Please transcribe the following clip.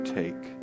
take